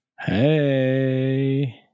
Hey